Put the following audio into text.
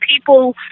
people